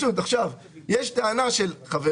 50%. אז שים את ההחמרה הזאת,